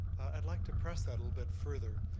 i'd like to press that a little bit further,